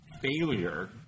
failure